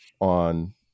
on